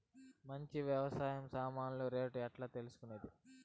మంచి వ్యవసాయ సామాన్లు రేట్లు ఎట్లా తెలుసుకునేది?